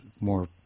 more